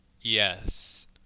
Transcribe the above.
yes